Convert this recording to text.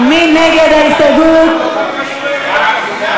לא נתקבלה.